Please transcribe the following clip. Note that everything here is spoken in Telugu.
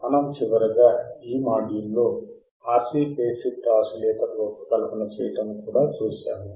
మనం చివరగా ఈ మాడ్యూల్లో RC ఫేజ్ షిఫ్ట్ ఆసిలేటర్ రూపకల్పన చేయటం కూడా చూశాము